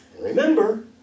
Remember